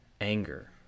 anger